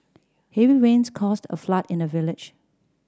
heavy rains caused a flood in the village